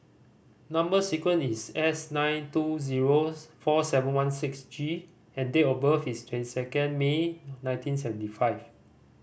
number sequence is S nine two zero four seven one six G and date of birth is twenty second May nineteen seventy five